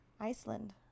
iceland